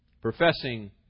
Professing